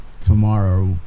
tomorrow